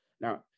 Now